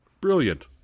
Brilliant